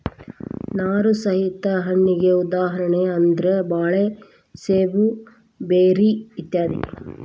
ನಾರು ಸಹಿತ ಹಣ್ಣಿಗೆ ಉದಾಹರಣೆ ಅಂದ್ರ ಬಾಳೆ ಸೇಬು ಬೆರ್ರಿ ಇತ್ಯಾದಿ